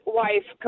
wife